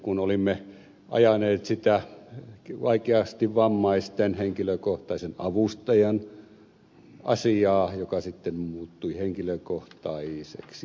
kun olimme ajaneet sitä vaikeasti vammaisten henkilökohtaisen avustajan asiaa joka sitten muuttui henkilökohtaiseksi